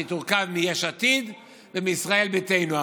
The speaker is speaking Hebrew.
שהיא תורכב מיש עתיד ומישראל ביתנו.